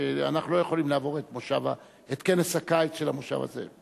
שאנחנו לא יכולים לעבור את כנס הקיץ של המושב הזה.